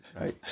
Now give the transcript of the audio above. Right